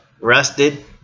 rusted